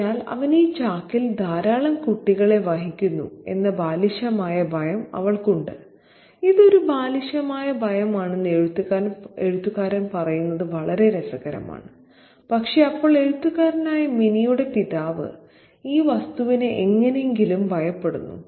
അതിനാൽ അവൻ ഈ ചാക്കിൽ ധാരാളം കുട്ടികളെ വഹിക്കുന്നു എന്ന ബാലിശമായ ഭയം അവൾക്കുണ്ട് ഇത് ഒരു ബാലിശമായ ഭയമാണെന്ന് എഴുത്തുകാരൻ പറയുന്നത് വളരെ രസകരമാണ് പക്ഷേ അപ്പോൾ എഴുത്തുകാരനായ മിനിയുടെ പിതാവ് ഈ വസ്തുവിനെ എങ്ങനെയെങ്കിലും ഭയപ്പെടുന്നു